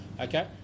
okay